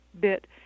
bit